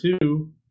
two